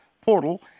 portal